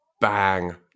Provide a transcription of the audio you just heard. Bang